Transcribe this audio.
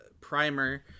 primer